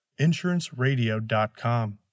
insuranceradio.com